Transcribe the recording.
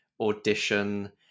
audition